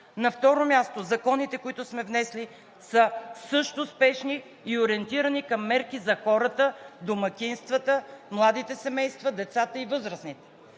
На второ място, законите, които сме внесли, са също спешни и ориентирани към мерки за хората, домакинствата, младите семейства, децата и възрастните.